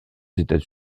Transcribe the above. états